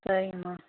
சரிங்கம்மா